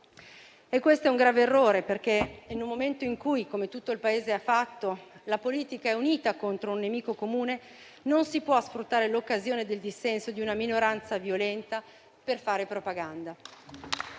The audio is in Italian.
Questo è un grave errore, perché in un momento in cui la politica (come tutto il Paese ha fatto) è unita contro un nemico comune, non si può sfruttare l'occasione del dissenso di una minoranza violenta per fare propaganda